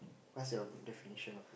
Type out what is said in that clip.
what's your definition of